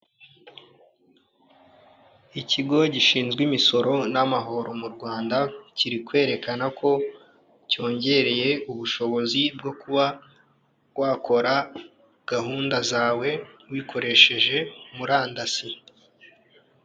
Ikigo gishinzwe imisoro n'amahoro mu Rwanda, kiri kwerekana ko cyonjyereye ubushobozi bwo kuba wakora gahunda zawe wikoresheje murandasi.